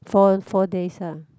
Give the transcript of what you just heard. for four days lah